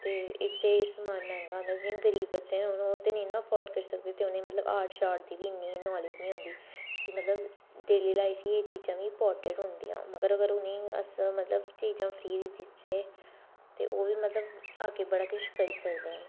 ते इक ते एह् समान मैंह्गा आंदा जियां गरीब बच्चे न हून ओह् ते नि ना एफोर्ड करी सकदे ते उ'नेंगी मतलब ऑर्ट शार्ट दी बी इन्नी नालेज नी होंदी कि मतलब डेली लाइफ गी एह् चीजां बी इंपार्टेंट होंदियां मगर अगर उनेंगी अस मतलब चीजां फ्री दी देचै ते ओह् बी मतलब अग्गें बड़ा किश करी सकदे न